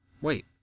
wait